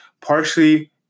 partially